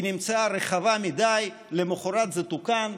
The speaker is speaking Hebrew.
היא נמצאה רחבה מדי, ולמוחרת זה תוקן.